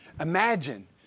Imagine